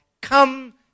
come